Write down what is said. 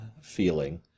feeling